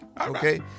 Okay